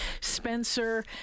spencer